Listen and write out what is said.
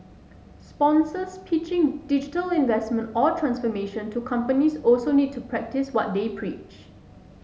sponsors pitching digital investment or transformation to companies also need to practice what they preach